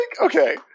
okay